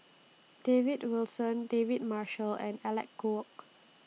David Wilson David Marshall and Alec Kuok